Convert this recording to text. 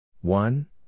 one